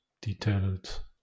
detailed